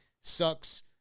sucks